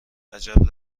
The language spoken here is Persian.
عجب